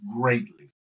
greatly